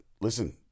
listen